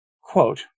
Quote